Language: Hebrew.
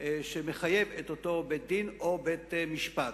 שמחייב את אותו בית-דין או בית-משפט.